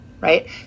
right